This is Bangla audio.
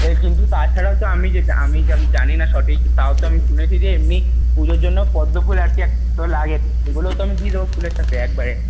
এ কিন্তু তাছাড়াও তো আমি যেটা আমি আমি জানি না সঠিক তাও তো আমি শুনেছি যে এমনি পুজোর জন্য পদ্মফুল আর কি লাগে ওগুলো তো আমি দিয়ে দেব ফুলের সাথে একবারে